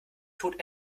tod